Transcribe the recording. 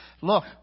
Look